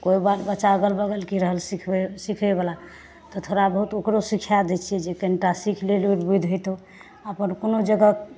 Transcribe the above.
केओ बाल बच्चा अगल बगलके रहल सीखबै सीखै बला तऽ थोड़ा बहुत ओकरो सीखाए दै छियै जे कनी टा सीख ले लुरि बुद्धि होयतहुँ अपन कोनो जगह